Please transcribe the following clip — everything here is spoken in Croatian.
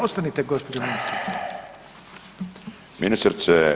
Ostanite gospođo ministrice.